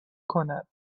کند